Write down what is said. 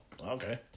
okay